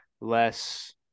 less